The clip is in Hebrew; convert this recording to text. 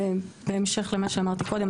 בהמשך למה שאמרתי קודם,